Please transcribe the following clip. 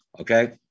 Okay